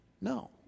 no